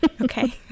Okay